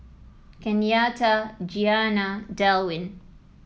Kenyatta Gianna Delwin